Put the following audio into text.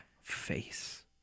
Face